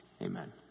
Amen